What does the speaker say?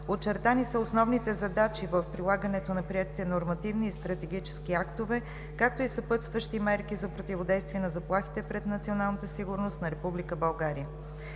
Очертани са основните задачи в прилагането на приетите нормативни и стратегически актове, както и съпътстващи мерки за противодействие на заплахите пред националната сигурност на Република България.